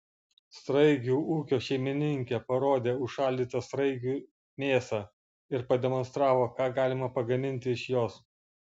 sraigių ūkio šeimininkė parodė užšaldytą sraigių mėsą ir pademonstravo ką galima pagaminti iš jos